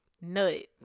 Nut